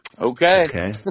Okay